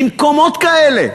למקומות כאלה.